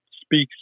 speaks